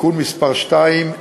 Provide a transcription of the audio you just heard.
(תיקון מס' 2),